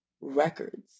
Records